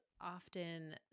often –